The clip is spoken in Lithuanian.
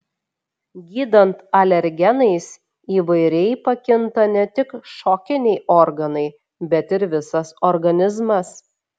gydant alergenais įvairiai pakinta ne tik šokiniai organai bet ir visas organizmas